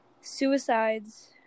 suicides